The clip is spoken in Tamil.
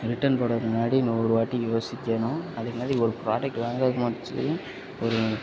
ரிட்டன் போடறதுக்கு முன்னாடி ஒரு வாட்டி யோசிக்கணும் அதே மாரி ஒரு ப்ராடக்ட்டு வாங்குறதுக்கு மோஸ்ட்லி ஒரு